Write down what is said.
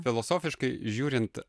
filosofiškai žiūrint